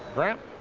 grant?